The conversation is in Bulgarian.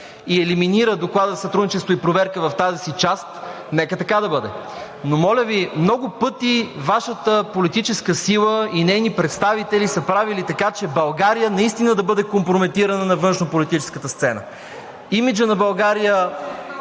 и елиминира доклада за сътрудничество и проверка в тази си част, нека така да бъде! Но моля Ви, много пъти Вашата политическа сила и нейни представители са правили така, че България наистина да бъде компрометирана на външнополитическата сцена. Имиджът на България